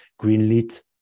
greenlit